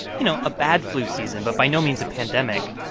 you know, a bad flu season but by no means a pandemic,